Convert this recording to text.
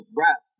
rap